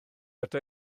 ata